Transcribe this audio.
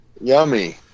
yummy